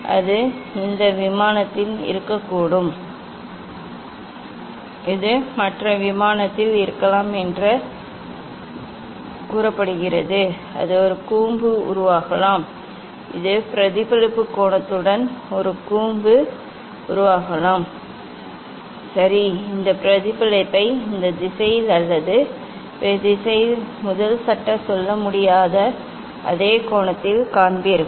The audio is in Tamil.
இது இந்த விமானத்தில் இருக்கக்கூடும் இது மற்ற விமானத்தில் இருக்கலாம் இந்த கதிர் மற்ற விமானத்திலும் இருக்கலாம் அது ஒரு கூம்பு உருவாகலாம் இது பிரதிபலிப்பு கோணத்துடன் ஒரு கூம்பு உருவாகலாம் சரி இந்த பிரதிபலிப்பை இந்த திசையில் அல்லது இந்த திசையில் இந்த முதல் சட்டம் சொல்ல முடியாத அதே கோணத்தில் காண்பீர்கள்